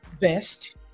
vest